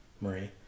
Marie